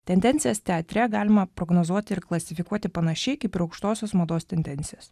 tendencijas teatre galima prognozuoti ir klasifikuoti panašiai kaip ir aukštosios mados tendencijas